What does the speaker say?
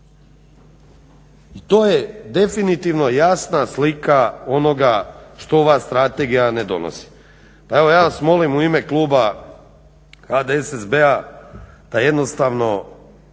I to je definitivno jasna slika onoga što ova strategija ne donosi. Pa evo ja vas molim u ime kluba HDSSB-a da jednostavno,